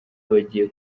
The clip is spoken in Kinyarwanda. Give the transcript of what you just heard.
bagiye